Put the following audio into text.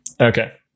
Okay